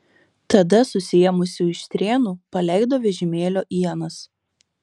tada susiėmusi už strėnų paleido vežimėlio ienas